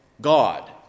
God